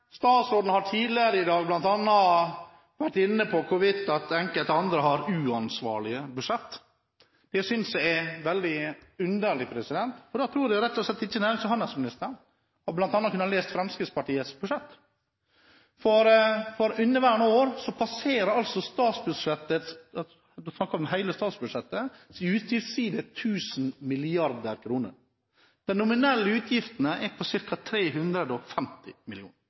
Statsråden har tidligere i dag bl.a. vært inne på hvorvidt enkelte andre har uansvarlige budsjett. Det synes jeg er veldig underlig, for da tror jeg rett og slett ikke nærings- og handelsministeren kan ha lest bl.a. Fremskrittspartiets budsjett. For inneværende år passerer altså statsbudsjettets – da snakker vi om hele statsbudsjettet – utgiftsside 1 000 mrd. kr. De nominelle utgiftene er på ca. 350